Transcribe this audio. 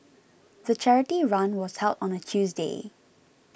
the charity run was held on a Tuesday